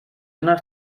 nach